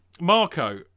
Marco